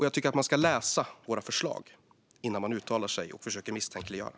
Jag tycker att man ska läsa våra förslag innan man uttalar sig och försöker misstänkliggöra.